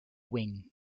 wing